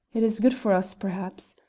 it is good for us, perhaps.